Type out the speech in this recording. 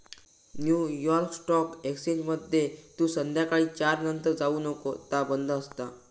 new York stock एक्सचेंजमध्ये तू संध्याकाळी चार नंतर जाऊ नको ता बंद असता